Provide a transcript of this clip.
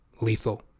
lethal